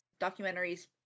Documentaries